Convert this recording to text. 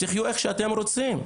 תחיו איך שאתם רוצים,